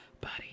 buddy